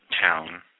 town